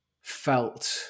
felt